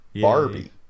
Barbie